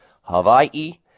hawaii